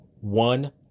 one